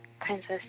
Princess